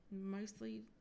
Mostly